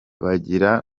bagira